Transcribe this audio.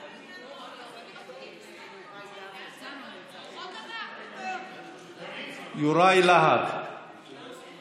בבקשה, אתה יכול לעלות להציג